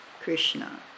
Krishna